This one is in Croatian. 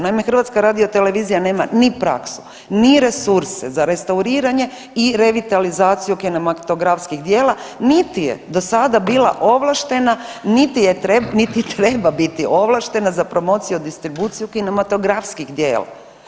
Naime, HRT nema ni praksu, ni resurse za restauriranje i revitalizaciju kinematografskih djela, niti je do sada bila ovlaštena, niti je, niti treba biti ovlaštena za promociju, distribuciju kinematografskih djela.